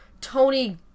Tony